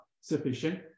sufficient